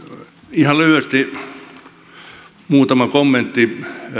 ihan lyhyesti muutama kommentti